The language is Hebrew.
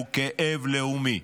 הוא כאב לאומי.